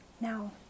Now